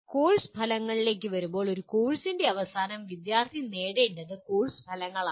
course ഫലങ്ങളിലേക്ക് വരുമ്പോൾ ഒരു കോഴ്സിൻ്റെ അവസാനം വിദ്യാർത്ഥികൾ നേടേണ്ടത് കോഴ്സ് ഫലങ്ങളാണ്